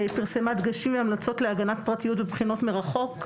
ופרסמה דגשים והמלצות להגנת פרטיות בבחינות מרחוק,